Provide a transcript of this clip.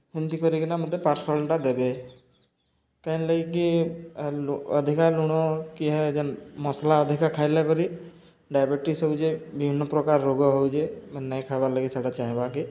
ହେନ୍ତି କରିକିନା ମତେ ପାର୍ସଲ୍ଟା ଦେବେ କାହିଁ ଲାଗିକିି ଅଧିକା ଲୁଣ କି ଯେନ୍ ମସ୍ଲା ଅଧିକା ଖାଇଲେ କରି ଡାଇବେଟିସ୍ ହଉଚେ ବିଭିନ୍ନପ୍ରକାର ରୋଗ ହଉଚେ ମାନେ ନାଇଁ ଖାଇବାର୍ଲାଗି ସେଟା ଚାହେଁବାକେ